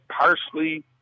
parsley